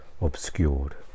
obscured